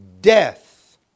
death